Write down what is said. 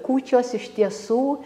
kūčios iš tiesų